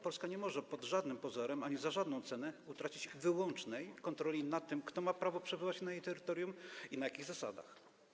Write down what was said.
Polska nie może pod żadnym pozorem ani za żadną cenę utracić wyłącznej kontroli nad tym, kto ma prawo przybywać na jej terytorium i na jakich zasadach.